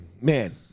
man